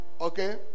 okay